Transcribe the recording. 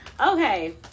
Okay